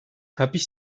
hapis